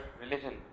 religion